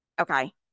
okay